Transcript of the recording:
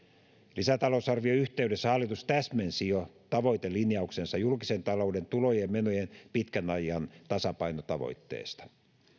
lisätalousarvion yhteydessä hallitus täsmensi jo tavoitelinjauksensa julkisen talouden tulojen ja menojen pitkän ajan tasapainotavoitteesta